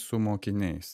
su mokiniais